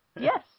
Yes